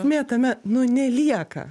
esmė tame nu nelieka